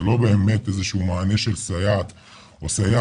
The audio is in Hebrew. זה לא באמת איזה שהוא מענה של סייעת או סייע,